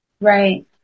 Right